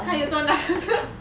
还有多两个